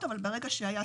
אתם פשוט טועים.